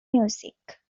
music